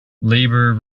labour